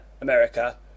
America